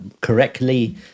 correctly